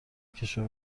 کشور